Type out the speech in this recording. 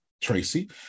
Tracy